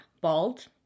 Bald